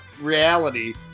reality